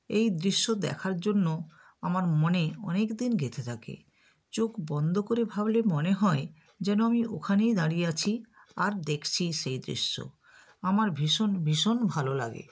এই দৃশ্য দেখার জন্য আমার মনে অনেক দিন গেঁথে থাকে চোখ বন্দ করে ভাবলে মনে হয় যেন আমি ওখানেই দাঁড়িয়ে আছি আর দেখছি সেই দৃশ্য আমার ভীষণ ভীষণ ভালো লাগে